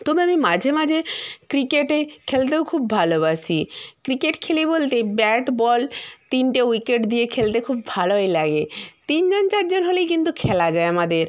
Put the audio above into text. তবে আমি মাঝে মাঝে ক্রিকেটে খেলতেও খুব ভালোবাসি ক্রিকেট খেলি বলতে ব্যাট বল তিনটে উইকেট দিয়ে খেলতে খুব ভালোই লাগে তিনজন চারজন হলেই কিন্তু খেলা যায় আমাদের